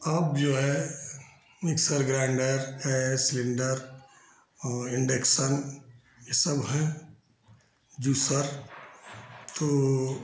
अब जो है मिक्सर ग्राइन्डर गैस सिलेण्डर और इण्डेक्शन यह सब हैं ज़ूसर तो